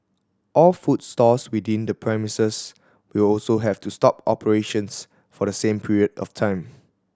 all food stalls within the premises will also have to stop operations for the same period of time